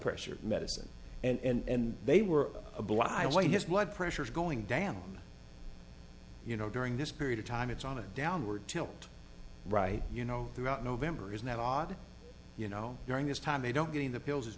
pressure medicine and they were a black eye white his blood pressure is going down you know during this period of time it's on a downward tilt right you know throughout november isn't that odd you know during this time they don't get in the pills